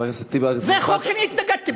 חבר הכנסת טיבי, זה חוק שאני התנגדתי לו.